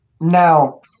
Now